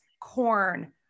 corn